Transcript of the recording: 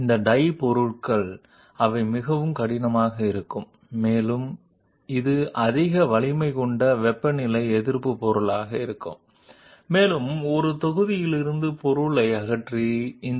ఈ డై మెటీరియల్లు చాలా గట్టిగా ఉంటాయి మరియు ఇది అధిక బలం ఉష్ణోగ్రత నిరోధక పదార్థంగా ఉంటుంది మరియు బ్లాక్ నుండి మెటీరియల్ని తీసివేయడం మరియు ఈ 2 డై ఫేసులను పొందడం కష్టం